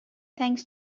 thanks